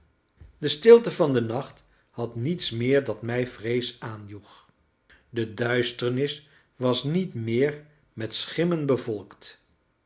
de stilte van den nacht had niets meer dat mij vrees aanjoeg de duisternis was niet meer met schimmen bevolkt